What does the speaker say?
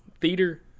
Theater –